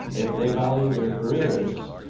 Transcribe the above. if they value their careers